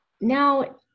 Now